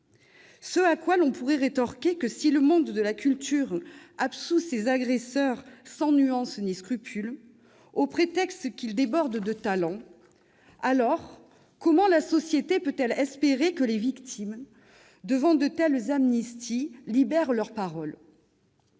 de culture dans notre pays. » Si le monde de la culture absout des agresseurs sans nuance ni scrupule, au prétexte qu'ils débordent de talent, comment la société peut-elle espérer que les victimes, confrontées à de telles amnisties, libèrent leur parole ?